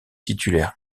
titulaire